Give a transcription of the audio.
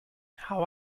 how